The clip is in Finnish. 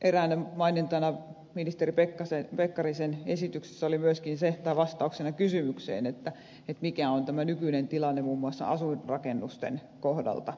eräänä mainintana tai vastauksena kysymykseen ministeri pekkarisen esityksessä oli myöskin se mikä on tämä nykyinen tilanne muun muassa asuinrakennusten kohdalta